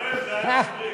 יואל, זה היה מבריק.